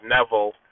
Neville